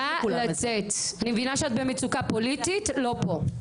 נא לצאת, אני מבינה שאת במצוקה פוליטית - לא פה.